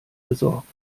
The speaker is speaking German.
gesorgt